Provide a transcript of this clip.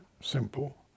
simple